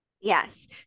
Yes